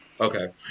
Okay